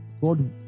God